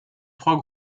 trois